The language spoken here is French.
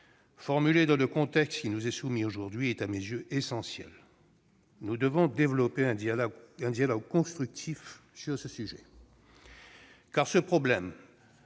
formulée dans le texte qui nous est soumis aujourd'hui, est à mes yeux essentielle. Nous devons développer un dialogue constructif sur ce point. En effet, ce problème,